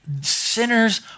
sinners